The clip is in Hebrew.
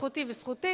זכותי וזכותי,